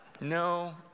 No